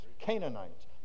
Canaanites